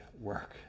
work